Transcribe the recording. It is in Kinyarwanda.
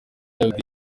yabwiye